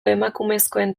emakumezkoen